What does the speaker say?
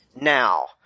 now